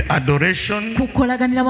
adoration